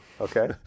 Okay